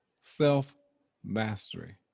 Self-mastery